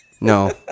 No